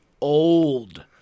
old